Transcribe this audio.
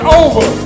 over